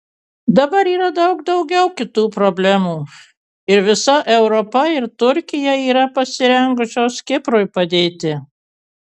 dabar yra daug daugiau kitų problemų ir visa europa ir turkija yra pasirengusios kiprui padėti